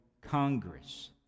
Congress